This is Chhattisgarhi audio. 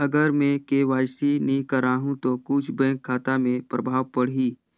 अगर मे के.वाई.सी नी कराहू तो कुछ बैंक खाता मे प्रभाव पढ़ी?